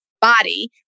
body